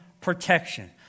protection